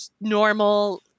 normal